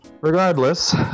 Regardless